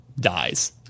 dies